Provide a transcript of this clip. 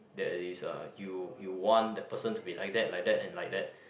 that is uh you you want that person to be like that like that and like that